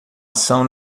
ação